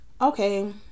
Okay